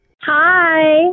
Hi